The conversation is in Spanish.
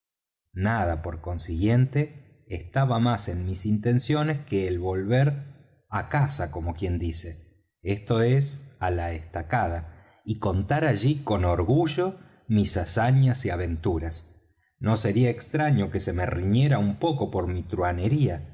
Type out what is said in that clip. nada por consiguiente estaba más en mis intenciones que el volver á casa como quien dice esto es á la estacada y contar allí con orgullo mis hazañas y aventuras no sería extraño que se me riñera un poco por mi